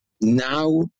now